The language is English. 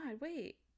wait